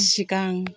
सिगां